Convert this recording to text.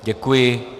Děkuji.